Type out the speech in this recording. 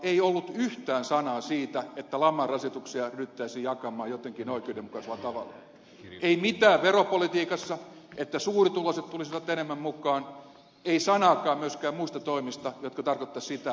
ei ollut yhtään sanaa siitä että laman rasituksia ryhdyttäisiin jakamaan jotenkin oikeudenmukaisella tavalla ei mitään veropolitiikassa että suurituloiset tulisivat enemmän mukaan ei sanaakaan myöskään muista toimista jotka tarkoittaisivat sitä että taakka jaettaisiin